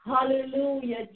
Hallelujah